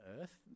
earth